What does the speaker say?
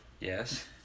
Yes